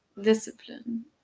discipline